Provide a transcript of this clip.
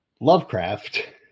Lovecraft